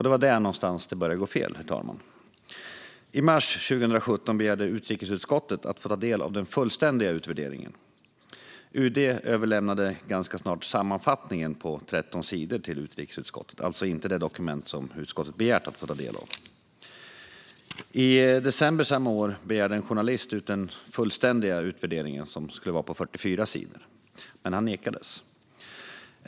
Det var där någonstans det började gå fel, herr talman. I mars 2017 begärde utrikesutskottet att få ta del av den fullständiga utvärderingen. UD överlämnade ganska snart sammanfattningen på 13 sidor till utrikesutskottet, alltså inte det dokument som utskottet begärt att få ta del av. I december samma år begärde en journalist ut den fullständiga utvärderingen, som skulle vara på 44 sidor, men han nekades.